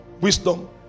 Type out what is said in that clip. wisdom